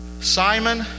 Simon